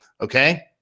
Okay